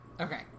Okay